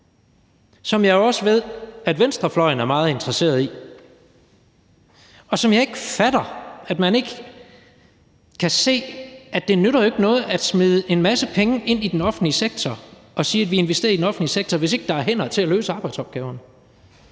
som jeg også ved at venstrefløjen er meget interesseret i. Jeg fatter ikke, at man ikke kan se, at det ikke nytter noget at smide en masse penge ind i den offentlige sektor og sige, at man investerer i den offentlige sektor, hvis der ikke er hænder til at løse arbejdsopgaverne.